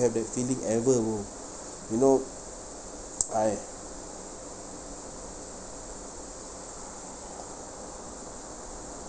have that feeling ever bro you know I